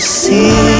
see